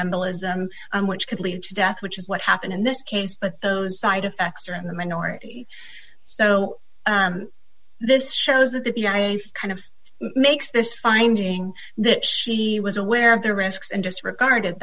embolism which could lead to death which is what happened in this case but those side effects are in the minority so this shows that the i kind of makes this finding that she was aware of the risks and disregarded